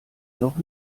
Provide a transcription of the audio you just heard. noch